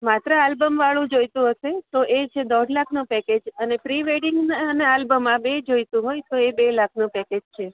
માત્ર આલબમ વાળું જોઈતું હશે તો એ છે દોઢ લાખનું પેકેજ અને પ્રિવેડિંગ અને આલંબ આલબમ આ બેય જોઈતું હોય તો એ બે લાખનું પેકેજ છે